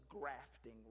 grafting